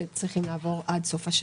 הם צריכים לעבור עד סוף השנה.